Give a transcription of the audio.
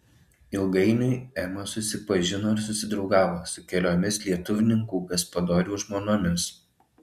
ilgainiui ema susipažino ir susidraugavo su keliomis lietuvninkų gaspadorių žmonomis